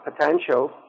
potential